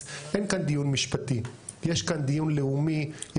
יש להם מדינות באירופה שקולטות אותם,